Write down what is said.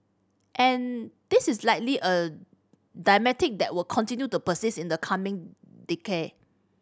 and this is likely a that will continue to persist in the coming decade